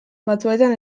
batzuetan